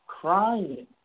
crying